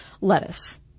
lettuce